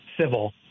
civil